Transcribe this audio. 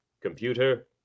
Computer